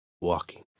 walking